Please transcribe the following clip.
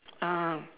ah